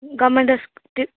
government